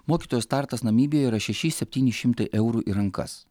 mokytojo startas namibijoj yra šeši septyni šimtai eurų į rankas